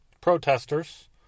protesters